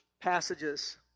passages